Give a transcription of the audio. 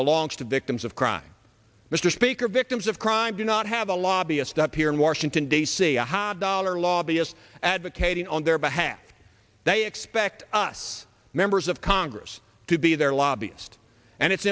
belongs to victims of crime mr speaker victims of crime do not have a lobbyist up here in washington d c a high dollar law b s advocating on their behalf they expect us members of congress to be their lobbyist and it's